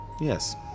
Yes